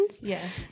Yes